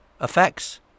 effects